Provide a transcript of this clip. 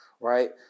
right